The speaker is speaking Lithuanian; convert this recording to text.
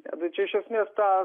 ne tai čia iš esmės tą